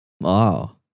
Wow